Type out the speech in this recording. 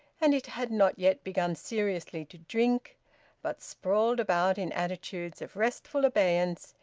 and it had not yet begun seriously to drink but, sprawled about in attitudes of restful abeyance,